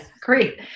Great